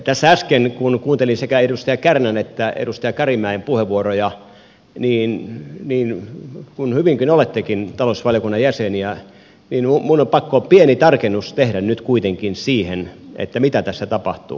tässä äsken kun kuuntelin sekä edustaja kärnän että edustaja karimäen puheenvuoroja niin kuin hyvinkin olettekin talousvaliokunnan jäseniä niin minun on pakko pieni tarkennus tehdä nyt kuitenkin siihen mitä tässä tapahtuu